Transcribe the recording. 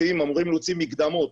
שאמורים להוציא מקדמות.